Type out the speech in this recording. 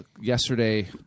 yesterday